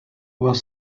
was